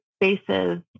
spaces